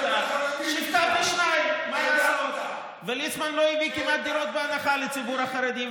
אין מה לעשות, זה מה שעשה לציבור החרדי,